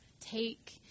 take